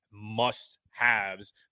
must-haves